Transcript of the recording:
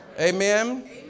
Amen